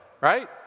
right